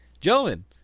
Gentlemen